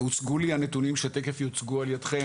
הוצגו לי הנתונים כפי שתיכף יוצגו על ידכם,